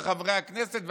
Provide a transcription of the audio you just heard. לחברי הכנסת,